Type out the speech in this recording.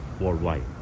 worldwide